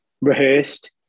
rehearsed